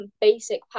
basic